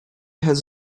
has